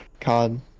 COD